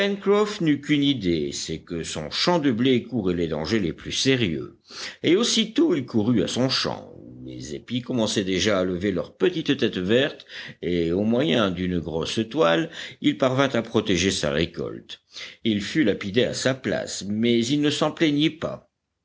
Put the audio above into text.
n'eut qu'une idée c'est que son champ de blé courait les dangers les plus sérieux et aussitôt il courut à son champ où les épis commençaient déjà à lever leur petite tête verte et au moyen d'une grosse toile il parvint à protéger sa récolte il fut lapidé à sa place mais il ne s'en plaignit pas